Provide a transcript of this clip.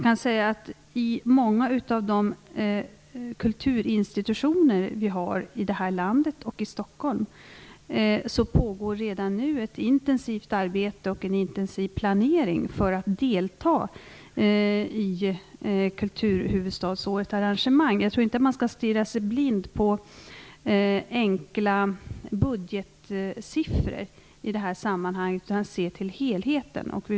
Hos många av de kulturinstitutioner vi har i landet och i Stockholm pågår redan nu ett intensivt arbete och en intensiv planering för att delta i kulturhuvudstadsårets arrangemang. Jag tror inte att man skall stirra sig blind på enkla budgetsiffror i detta sammanhang utan se till helheten.